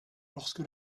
lorsque